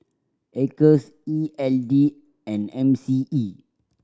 Acres E L D and M C E